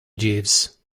jeeves